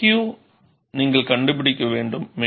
K Q ஐ நீங்கள் கண்டுபிடிக்க வேண்டும்